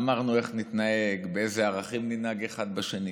אמרנו: איך נתנהג, באיזה ערכים ננהג אחד בשני.